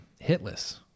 hitless